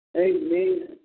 Amen